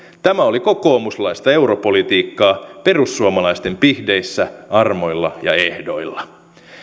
tämä oli kokoomuslaista europolitiikkaa perussuomalaisten pihdeissä armoilla ja ehdoilla